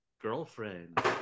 Girlfriend